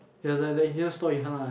it's like the Indian store in front ah